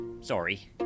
Sorry